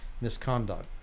misconduct